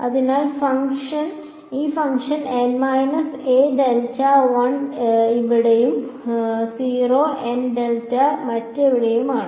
അതിനാൽ ഈ ഫംഗ്ഷൻ 1 ഇവിടെയും 0 മറ്റെവിടെയും ആണ്